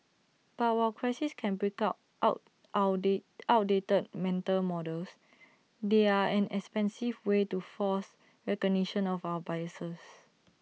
but while crises can break our out our day outdated mental models they are an expensive way to force recognition of our biases